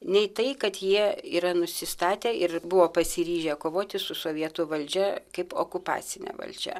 nei tai kad jie yra nusistatę ir buvo pasiryžę kovoti su sovietų valdžia kaip okupacine valdžia